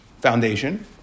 foundation